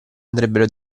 andrebbero